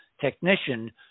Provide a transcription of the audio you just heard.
technician